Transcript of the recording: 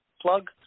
plug